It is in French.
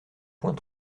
point